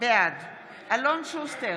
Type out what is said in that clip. בעד אלון שוסטר,